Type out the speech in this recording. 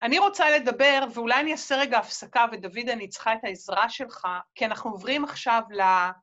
אני רוצה לדבר, ואולי אני אעשה רגע הפסקה, ודוד, אני צריכה את העזרה שלך, כי אנחנו עוברים עכשיו ל...